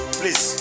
please